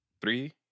Three